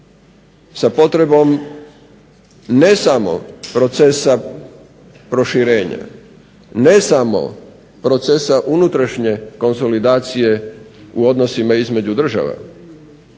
sa potrebom ne samo procesa proširenja, ne samo procesa unutrašnje konsolidacije u odnosima između država,